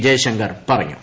ജയ്ശങ്കർ പറഞ്ഞു